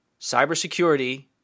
cybersecurity